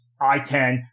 I-10